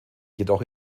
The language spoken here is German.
jedoch